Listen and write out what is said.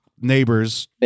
neighbors